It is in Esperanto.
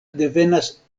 devenas